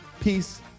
Peace